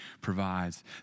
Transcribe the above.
provides